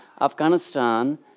Afghanistan